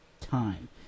time